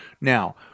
now